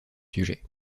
sujet